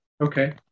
Okay